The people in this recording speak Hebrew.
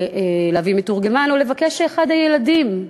ולהביא מתורגמן או לבקש שאחד הילדים,